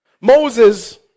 Moses